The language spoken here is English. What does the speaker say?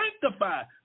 sanctified